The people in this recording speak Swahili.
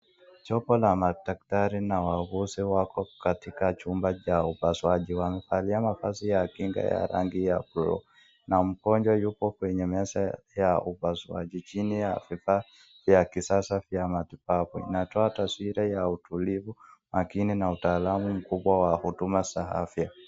Jopo la madaktari na wauguzi wako katika chumba cha upasuaji, wamevalia mavazi ya kinga ya rangi ya buluu, na mgonjwa yuko kwenye meza ya upasuaji chini ya vifaa vya kisasa ya matibabu, inatoa taswira ya utulivu, umakini na utaalamu mkubwa wa huduma za afya.